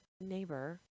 neighbor